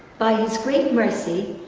by his great mercy,